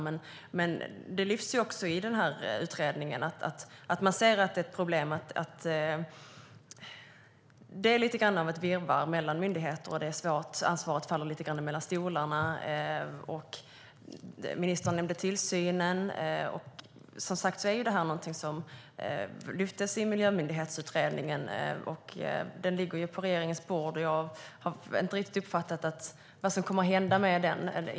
Men det lyfts också fram i utredningen att man ser ett problem i att det är lite av ett virrvarr av myndigheter och att ansvaret lite grann faller mellan stolarna. Ministern nämnde tillsynen. Som sagt är det någonting som lyfts fram i Miljömyndighetsutredningen. Den ligger på regeringens bord, men jag har inte riktigt uppfattat vad som kommer att hända med den.